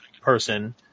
person